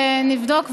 נבדוק,